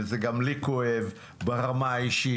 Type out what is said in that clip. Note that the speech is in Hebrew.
וזה גם לי זה כואב ברמה האישית,